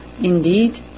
indeed